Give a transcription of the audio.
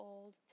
Old